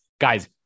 guys